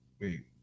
Wait